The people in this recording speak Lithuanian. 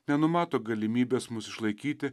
nenumato galimybės mus išlaikyti